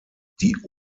die